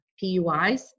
PUIs